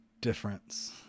difference